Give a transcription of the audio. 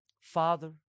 Father